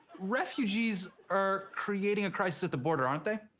refugees are creating a crisis at the border, aren't they?